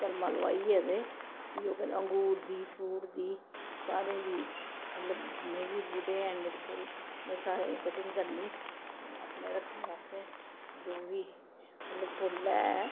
कलमां लोआइयै ते अंगूर दी फ्रूट दी सारें दी मतलब जिन्ने बी बूह्टे हैन मेरे कोल में सारें दी कटिंग करनी मतलब रक्खे दा असें जो बी मतलब फुल्ल ऐ